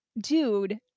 dude